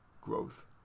growth